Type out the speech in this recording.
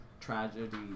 tragedy